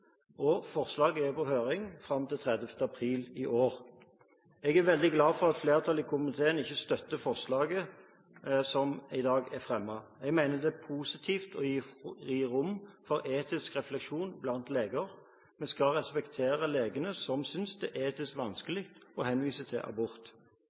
Forslaget er på høring fram til 30. april i år. Jeg er veldig glad for at flertallet i komiteen ikke støtter forslaget som er fremmet. Jeg mener det er positivt å gi rom for etisk refleksjon blant leger. Vi skal respektere legene som synes det er etisk